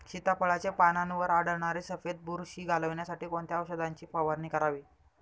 सीताफळाचे पानांवर आढळणारी सफेद बुरशी घालवण्यासाठी कोणत्या औषधांची फवारणी करावी?